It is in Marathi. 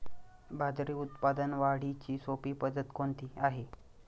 बाजरी उत्पादन वाढीची सोपी पद्धत कोणती आहे?